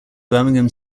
birmingham